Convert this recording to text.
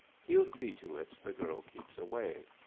he'll see to it the girl keeps away.